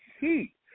heat